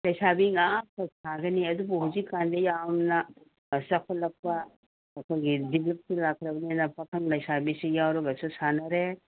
ꯂꯩꯁꯥꯕꯤ ꯉꯥꯛꯇ ꯁꯥꯒꯅꯤ ꯑꯗꯨꯕꯨ ꯍꯧꯖꯤꯛ ꯀꯥꯟꯗꯤ ꯌꯥꯝꯅ ꯆꯥꯎꯈꯠꯂꯛꯄ ꯑꯩꯈꯣꯏꯒꯤ ꯗꯤꯕꯂꯞꯁꯤ ꯂꯥꯛꯈ꯭ꯔꯕꯅꯤꯅ ꯄꯥꯈꯪ ꯂꯩꯁꯥꯕꯤꯁꯤ ꯌꯥꯎꯔꯒꯁꯨ ꯁꯥꯟꯅꯔꯦ